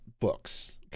books